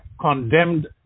condemned